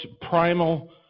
primal